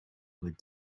would